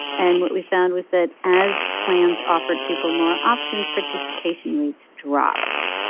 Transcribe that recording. and what we found was that as plans offered people more options, participation rates dropped.